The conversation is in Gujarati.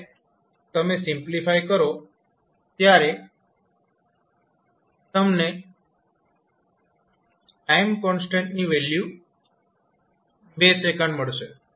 જ્યારે તમે સિમ્પ્લિફાય કરો ત્યારે તમને ટાઈમ કોન્સ્ટન્ટની વેલ્યુ 2 સેકંડ મળશે